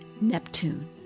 Neptune